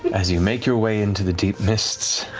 as you make your way into the deep mists,